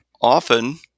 often